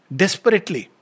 desperately